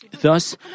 thus